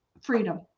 freedom